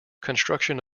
construction